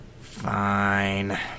Fine